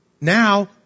Now